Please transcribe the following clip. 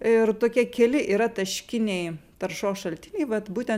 ir tokie keli yra taškiniai taršos šaltiniai vat būtent